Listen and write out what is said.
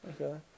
Okay